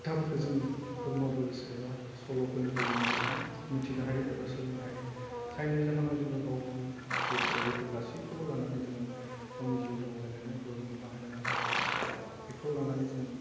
खोथाफोरखौ जोङो बेफोर नभेल्स एबा सल'फोरनिफ्राय जोङो गोबां मिथिनो हायो एबा सोलोंनो हायो जायनि जाहोनाव जोङो गाव गावनि जिउफोराव बेफोर गासैखौबो लानानै जोङो गावनि जिउ दावबायलांनायफोराव जोङो बाहायलांनो हायो आरो बेखौ लानानै जोङो